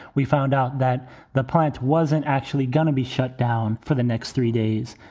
we found out that the plant wasn't actually going to be shut down for the next three days.